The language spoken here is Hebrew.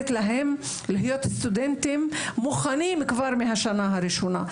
להם להיות סטודנטים מוכנים כבר מהשנה הראשונה,